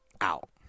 out